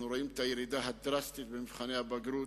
אנחנו רואים את הירידה הדרסטית בתוצאות מבחני הבגרות.